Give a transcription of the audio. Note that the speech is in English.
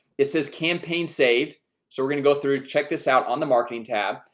it says campaign saved so we're gonna go through check this out on the marketing tab.